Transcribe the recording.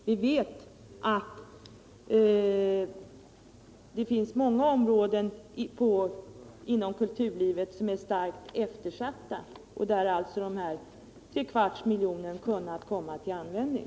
Vi vet att det finns många områden inom kulturlivet som är starkt eftersatta och där alltså detta beloppp på tre kvarts miljon kunnat komma till användning.